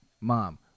Mom